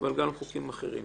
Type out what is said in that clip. אבל גם בחוקים אחרים.